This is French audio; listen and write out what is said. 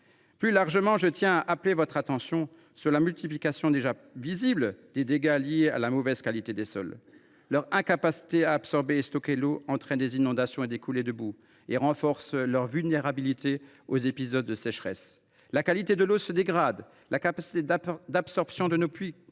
Plus largement, je tiens à attirer votre attention sur la multiplication déjà visible des dégâts liés à la mauvaise qualité des sols. Leur incapacité à absorber et à stocker l’eau entraîne des inondations et des coulées de boue et renforce leur vulnérabilité aux épisodes de sécheresse. La qualité de l’eau se dégrade. La capacité d’absorption de nos puits